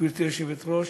גברתי היושבת-ראש,